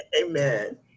Amen